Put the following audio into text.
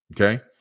Okay